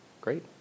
Great